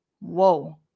Whoa